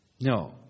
No